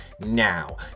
now